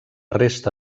resta